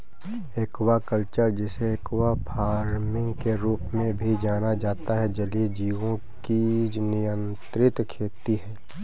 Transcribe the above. aquaculture, जिसे aqua farming के रूप में भी जाना जाता है, जलीय जीवों की नियंत्रित खेती है